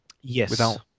Yes